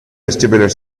vestibular